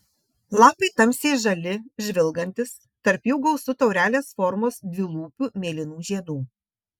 lapai tamsiai žali žvilgantys tarp jų gausu taurelės formos dvilūpių mėlynų žiedų